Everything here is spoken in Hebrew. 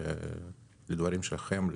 לדברים שלכם,